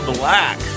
black